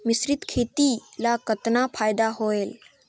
मिश्रीत खेती ल कतना फायदा होयल?